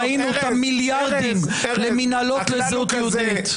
ראינו את המיליארדים למינהלות לזהות יהודית.